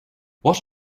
what